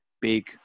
big